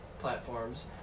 platforms